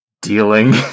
dealing